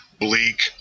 bleak